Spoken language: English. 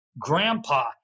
grandpa